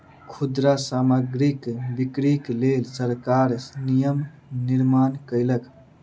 खुदरा सामग्रीक बिक्रीक लेल सरकार नियम निर्माण कयलक